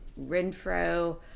Renfro